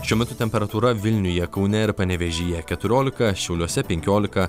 šiuo metu temperatūra vilniuje kaune ir panevėžyje keturiolika šiauliuose penkiolika